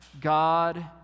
God